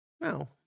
No